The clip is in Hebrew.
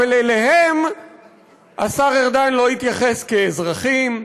אבל אליהם השר ארדן לא התייחס כאזרחים,